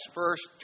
first